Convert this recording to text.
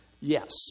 Yes